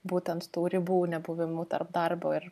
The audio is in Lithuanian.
būtent tų ribų nebuvimu tarp darbo ir